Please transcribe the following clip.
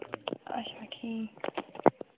اَچھا ٹھیٖک